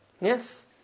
Yes